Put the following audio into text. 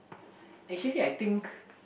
actually I think